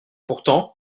pourtant